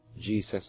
Jesus